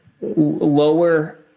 lower